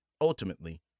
Ultimately